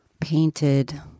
painted